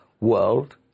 world